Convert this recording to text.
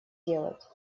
делать